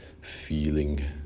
Feeling